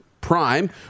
prime